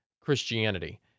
Christianity